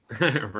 right